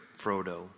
Frodo